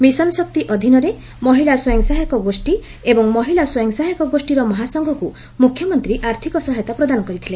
ମିଶନ୍ଶକ୍ତି ଅଧୀନରେ ମହିଳା ସ୍ୱୟଂ ସହାୟକ ଗୋଷୀ ଏବଂ ମହିଳା ସ୍ୱୟଂ ସହାୟକ ଗୋଷୀର ମହାସଂଘକୁ ମୁଖ୍ୟମନ୍ତୀ ଆର୍ଥିକ ସହାୟତା ପ୍ରଦାନ କରିଥିଲେ